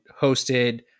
hosted